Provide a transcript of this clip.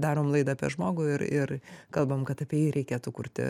darom laidą apie žmogų ir ir kalbam kad apie jį reikėtų kurti